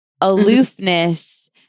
Aloofness